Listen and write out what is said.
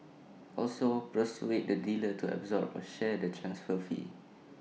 also persuade the dealer to absorb or share the transfer fee